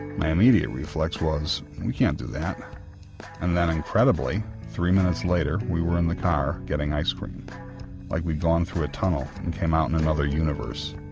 my immediate reflex was we can't do that and then incredibly, three minutes later, we were in the car getting ice-cream like we'd gone through a tunnel and come out in another universe.